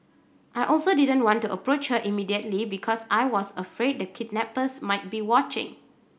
I also didn't want to approach her immediately because I was afraid the kidnappers might be watching